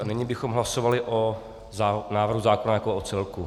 Nyní bychom hlasovali o návrhu zákona jako o celku.